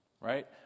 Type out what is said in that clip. right